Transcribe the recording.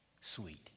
sweet